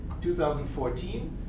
2014